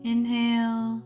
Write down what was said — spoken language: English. Inhale